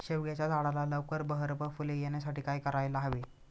शेवग्याच्या झाडाला लवकर बहर व फूले येण्यासाठी काय करायला हवे?